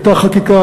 הייתה חקיקה,